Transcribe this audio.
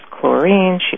chlorine